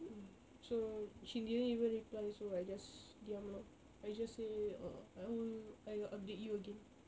mm so she didn't even reply so I just diam ah I just say err I will I will update you again